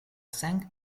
sank